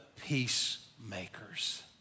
peacemakers